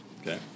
okay